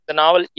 novel